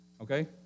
okay